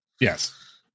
yes